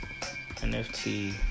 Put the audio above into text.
NFT